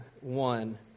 one